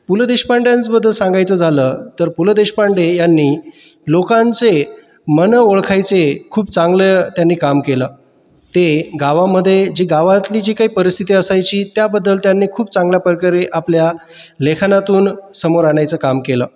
पु ल देशपांड्यांबद्दल सांगायचं झालं तर पु ल देशपांडे यांनी लोकांचे मनं ओळखायचे खूप चांगलं त्यांनी काम केलं ते गावामध्ये जी गावातली जी काही परिस्थिती असायची त्याबद्दल त्यांनी खूप चांगल्या प्रकारे आपल्या लेखनातून समोर आणायचं काम केलं